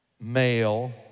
male